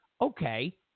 okay